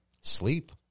Sleep